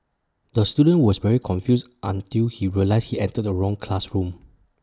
the student was very confused until he realised he entered the wrong classroom